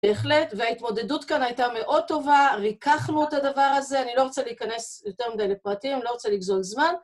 בהחלט, וההתמודדות כאן הייתה מאוד טובה, ריככנו את הדבר הזה, אני לא רוצה להיכנס יותר מדי לפרטים, לא רוצה לגזול זמן.